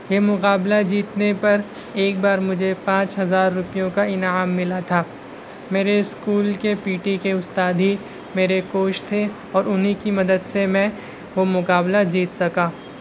یہ مقابلہ جیتنے پر ایک بار مجھے پانچ ہزار روپیوں کا انعام ملا تھا میرے اسکول کے پی ٹی کے استاد ہی میرے کوچ تھے اور انہیں کی مدد سے میں وہ مقابلہ جیت سکا